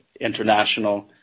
international